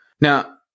Now